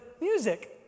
music